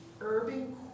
urban